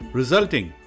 resulting